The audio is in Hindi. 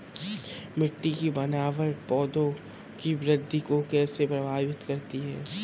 मिट्टी की बनावट पौधों की वृद्धि को कैसे प्रभावित करती है?